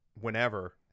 whenever